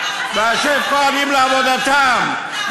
השב כוהנים לעבודתם,